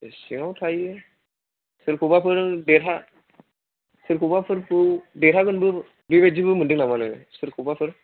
सिङाव थायो सोरखौबाफोर देरहा सोरखौबाफोरखौ देरहागोनबो बेबायदिबो मोन्दों नामा नोङो सोरखौबाफोर